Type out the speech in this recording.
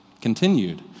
Continued